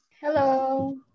Hello